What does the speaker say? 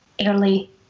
early